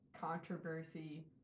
controversy